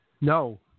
No